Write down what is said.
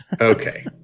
Okay